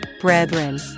Brethren